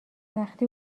وقتی